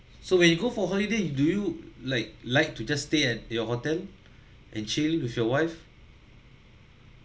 so when you go for holiday do you like like to just stay at your hotel and chill with your wife